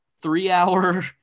three-hour